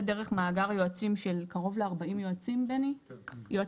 דרך מאגר יועצים של קרוב ל-40 יועצים חיצוניים,